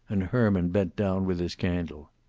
and herman bent down with his candle.